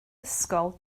ysgol